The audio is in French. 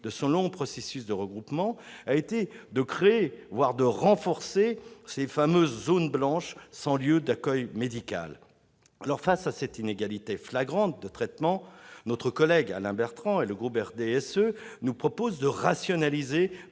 de ce long processus de regroupement a été de créer, voire de renforcer, ces fameuses zones blanches sans lieu d'accueil médical. Face à cette inégalité flagrante de traitement, Alain Bertrand et les membres du groupe du RDSE nous proposent de rationaliser